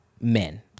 men